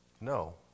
No